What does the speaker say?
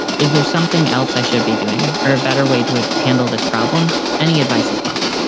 is there something else i should be doing or a better way to handle this problem? any advice is well?